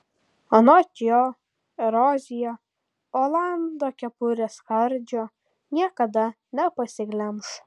anot jo erozija olando kepurės skardžio niekada nepasiglemš